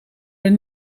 hun